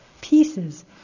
pieces